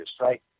right